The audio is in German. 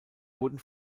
wurden